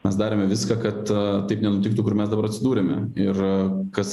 mes darėme viską kad taip nenutiktų kur mes dabar atsidūrėme ir kas